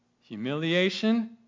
Humiliation